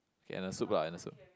K and the soup lah and the soup